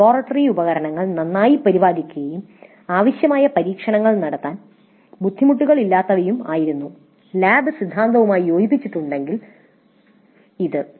laboratory ഉപകരണങ്ങൾ നന്നായി പരിപാലിക്കുകയും ആവശ്യമായ പരീക്ഷണങ്ങൾ നടത്താൻ ബുദ്ധിമുട്ടുകൾ ഇല്ലാത്തവയും ആയിരുന്നു ലാബ് സിദ്ധാന്തവുമായി സംയോജിപ്പിച്ചിട്ടുണ്ടെങ്കിൽ ഇത്